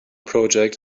project